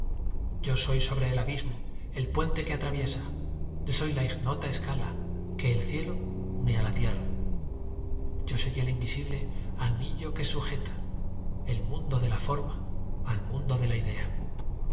yo soy sobre el abismo el puente que atraviesa yo soy la ignota escala que el cielo une á la tierra yo soy el invisible anillo que sujeta el mundo de la forma al mundo de la idea yo